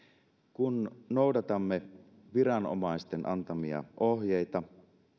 kun noudatamme viranomaisten antamia ohjeita